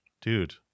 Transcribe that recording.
dude